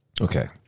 Okay